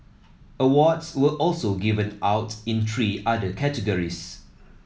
awards were also given out in three other categories